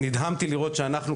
נדהמתי לראות שאנחנו,